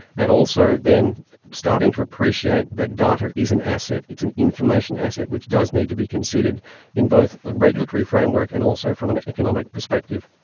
and also then starting to appreciate that data is an asset, it's an information asset which does need to be considered in both a regulatory framework and also from an economic perspective.